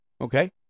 Okay